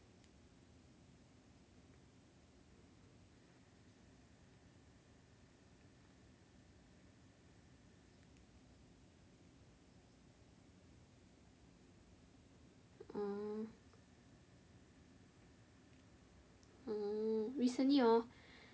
orh recently hor